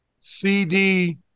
CD